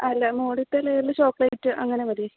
അല്ല മോഡിഫൈ ലെയറിൽ ചോക്ലേറ്റ് അങ്ങനെ മതി